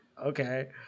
Okay